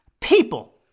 people